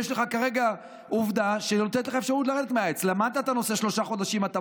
יש לך כרגע עובדה שנותנת לך אפשרות לרדת מהעץ.